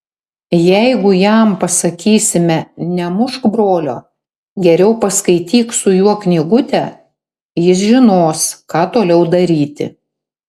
jeigu jam pasakysime nemušk brolio geriau paskaityk su juo knygutę jis žinos ką toliau daryti